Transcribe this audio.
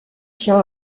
tient